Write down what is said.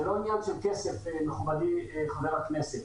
זה לא עניין של כסף, מכובדי חבר הכנסת.